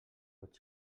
pot